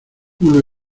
uno